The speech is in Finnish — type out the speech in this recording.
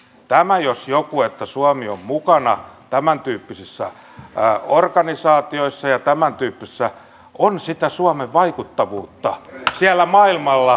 tämä jos joku että suomi on mukana tämäntyyppisissä organisaatioissa on sitä suomen vaikuttavuutta siellä maailmalla